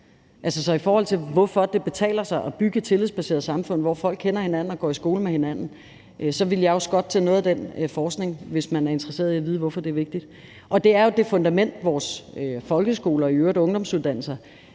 Så til spørgsmålet om, hvorfor det betaler sig at bygge et tillidsbaseret samfund, hvor folk kender hinanden og går i skole med hinanden, vil jeg også godt tage noget af den forskning med, hvis man er interesseret i at vide, hvorfor det er vigtigt. Det fundament, som vores folkeskole og i øvrigt ungdomsuddannelserne